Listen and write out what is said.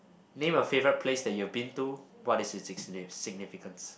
name a favourite place that you have been to what is it's s~ significance